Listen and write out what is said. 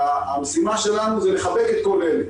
המשימה שלנו היא לחבק את כל אלה,